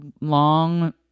long